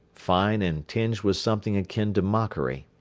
fine and tinged with something akin to mockery.